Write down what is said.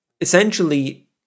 essentially